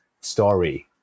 story